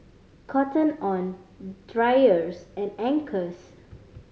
Cotton On Dreyers and Anchors